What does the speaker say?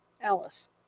Alice